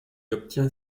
obtient